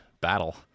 battle